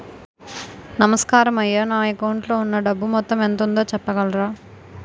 నమస్కారం అయ్యా నా అకౌంట్ లో ఉన్నా డబ్బు మొత్తం ఎంత ఉందో చెప్పగలరా?